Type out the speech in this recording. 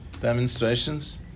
demonstrations